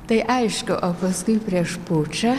tai aišku o paskui prieš pučą